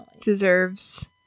deserves